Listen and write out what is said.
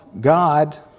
God